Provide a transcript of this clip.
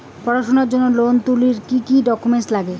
পড়াশুনার জন্যে লোন তুলির জন্যে কি কি ডকুমেন্টস নাগে?